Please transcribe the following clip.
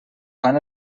fan